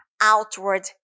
outward